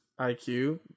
IQ